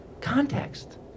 Context